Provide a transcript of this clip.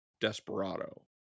Desperado